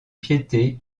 piété